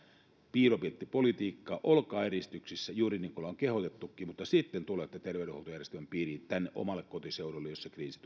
piilopirttipolitiikkaa olkaa eristyksissä juuri niin kuin ollaan kehotettukin mutta sitten tulette terveydenhuoltojärjestelmän piiriin tänne omalle kotiseudulle jos se kriisi